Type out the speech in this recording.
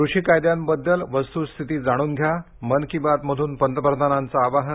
कृषी कायद्यांबद्दल वस्तूस्थिती जाणून घ्या मन की बात मधून पंतप्रधानांचं आवाहन